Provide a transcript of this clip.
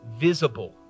visible